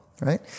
right